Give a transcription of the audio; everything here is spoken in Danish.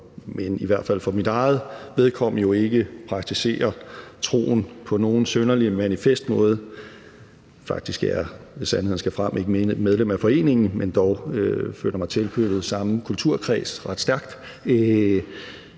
og i hvert fald for mit eget vedkommende ikke praktiserer troen på nogen synderlig manifest måde – faktisk er jeg, hvis sandheden skal frem, ikke medlem af foreningen, men føler mig dog ret stærkt